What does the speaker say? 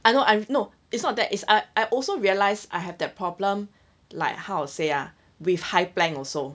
I know I know it's not that is I also realised I have that problem like how to say ah with high plank also